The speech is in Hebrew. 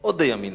או די אמינה.